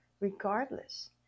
regardless